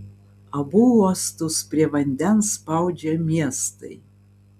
abu uostus prie vandens spaudžia miestai